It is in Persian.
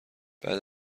بعد